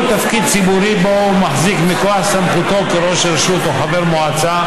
תפקיד ציבורי שבו הוא מחזיק מכוח סמכותו כראש רשות או חבר מועצה,